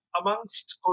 amongst